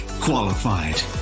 qualified